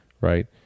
right